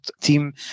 team